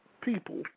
people